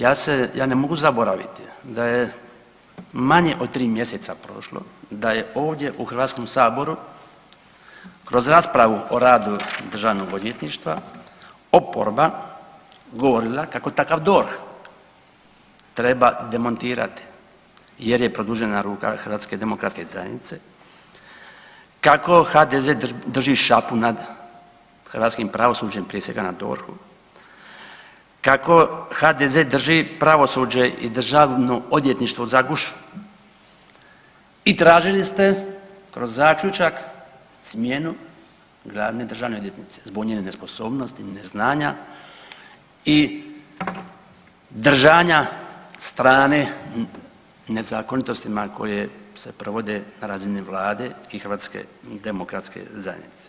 Ja se, ja ne mogu zaboraviti da je manje od 3 mjeseca prošlo da je ovdje u HS kroz raspravu o radu državnog odvjetništva oporba govorila kako takav DORH treba demontirati jer je produžena ruka HDZ-a, kako HDZ drži šapu nad hrvatskim pravosuđem, prije svega na DORH-u, kako HDZ drži pravosuđe i državno odvjetništvo za gušu i tražili ste kroz zaključak smjenu glavne državne odvjetnice zbog njene nesposobnosti, neznanja i držanja strane nezakonitostima koje se provode na razini vlade i HDZ-a.